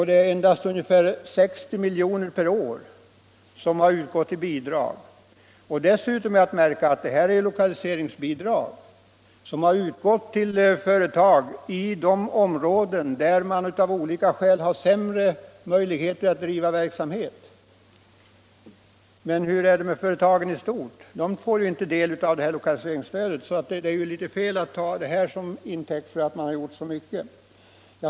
Det är endast ungefär 60 milj.kr. per år som har utgått i bidrag. Dessutom är att märka att dessa pengar är lokaliseringsbidrag som har utgått till företag i de områden där man av olika skäl har sämre möjligheter att driva verksamhet. Men hur är det med företagen i stort? De får inte del av lokaliseringsstödet. Så det är fel att ta detta som intäkt för att det har gjorts så mycket.